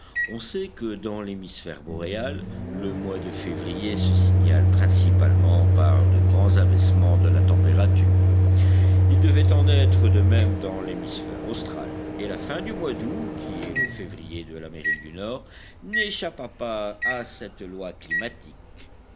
on sait que dans l'hémisphère boréal le mois de février se signale principalement par de grands abaissements de la température il devait en être de même dans l'hémisphère austral et la fin du mois d'août qui est le février de l'amérique du nord n'échappa pas à cette loi climatique